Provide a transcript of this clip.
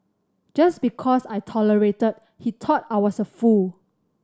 just because I tolerated he thought I was a fool